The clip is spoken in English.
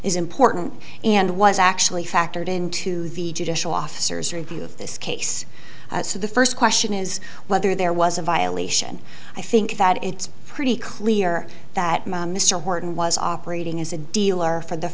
is important and was actually factored into the judicial officers review of this case so the first question is whether there was a violation i think that it's pretty clear that mr horton was operating as a dealer for the